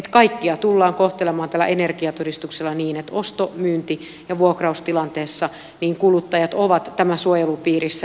kaikkia tullaan kohtelemaan energiatodistuksella niin että osto myynti ja vuokraustilanteessa kuluttajat ovat tämän suojelun piirissä